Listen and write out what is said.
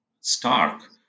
stark